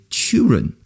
children